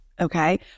Okay